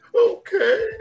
okay